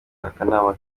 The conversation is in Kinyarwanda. akanama